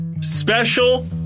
special